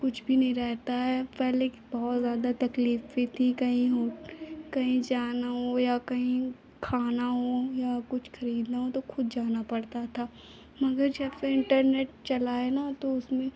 कुछ भी नहीं रहता है पहले बहुत ज़्यादा तकलीफ़ भी थी कहीं कहीं जाना हो या कहीं खाना हो या कुछ खरीदना हो तो खुद जाना पड़ता था मगर जबसे इन्टरनेट चला है ना तो उसमें